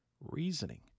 reasoning